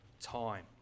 time